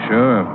Sure